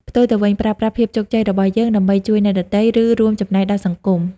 ផ្ទុយទៅវិញ ប្រើប្រាស់ភាពជោគជ័យរបស់យើងដើម្បីជួយអ្នកដទៃ ឬរួមចំណែកដល់សង្គម។